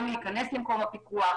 גם להיכנס למקום הפיקוח,